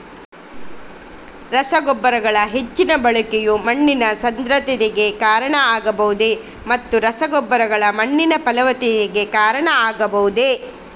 ರಸಗೊಬ್ಬರಗಳ ಹೆಚ್ಚಿನ ಬಳಕೆಯು ಮಣ್ಣಿನ ಸಾಂದ್ರತೆಗೆ ಕಾರಣವಾಗಬಹುದೇ ಮತ್ತು ರಸಗೊಬ್ಬರಗಳು ಮಣ್ಣಿನ ಫಲವತ್ತತೆಗೆ ಕಾರಣವಾಗಬಹುದೇ?